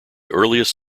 earliest